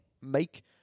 make